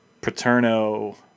Paterno